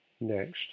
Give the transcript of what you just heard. Next